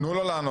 תנו לו לענות.